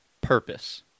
purpose